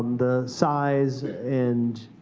the size? and